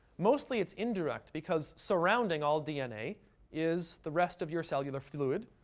mostly it's indirect because surrounding all dna is the rest of your cellular fluid,